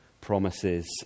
promises